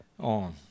on